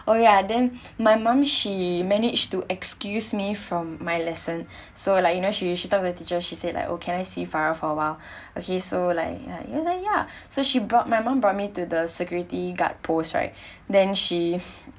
oh ya then my mom she managed to excuse me from my lesson so like you know she she talked the teacher she said like oh can I see farah for a while okay so like uh she's like ya so she brought my mom brought me to the security guard post right then she